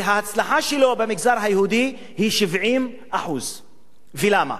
וההצלחה שלו במגזר היהודי היא 70%. ולמה?